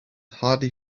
hardly